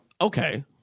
Okay